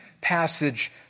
passage